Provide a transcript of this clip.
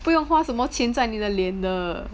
不用花什么钱在你的脸的